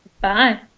Bye